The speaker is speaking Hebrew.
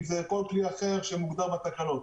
אם זה כל כלי אחר שמוגדר בתקנות.